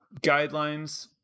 guidelines